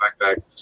backpack